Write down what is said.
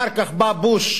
אחר כך בא בוש,